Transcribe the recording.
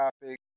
topic